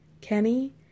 Kenny